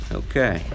okay